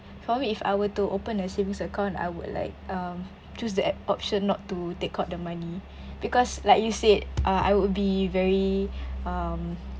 for me if I were to open a savings account I would like um choose the ad~ option not to take out the money because like you said uh I would be very um